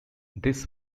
this